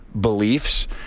beliefs